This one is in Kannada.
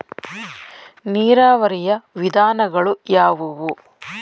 ನೀರಾವರಿಯ ವಿಧಾನಗಳು ಯಾವುವು?